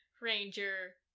Ranger